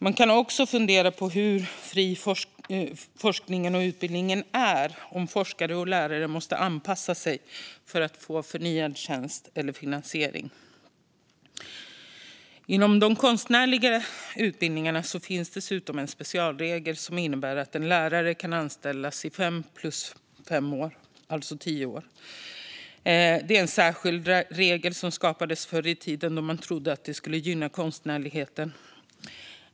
Man kan också fundera på hur fri forskningen och utbildningen är om forskare och lärare måste anpassa sig för att få förnyad tjänst eller finansiering. Inom de konstnärliga utbildningarna finns dessutom en specialregel som innebär att en lärare kan anställas i fem plus fem år, alltså tio år. Det är en särskild regel som skapades förr i tiden, då man trodde att det skulle gynna konstnärligheten.